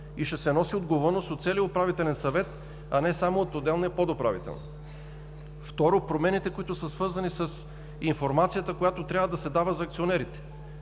и ще се носи отговорност от целия Управителен съвет, а не само от отделния подуправител. Второ, промените, които са свързани с информацията, която трябва да се дава за акционерите.